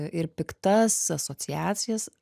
ir piktas asociacijas